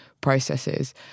processes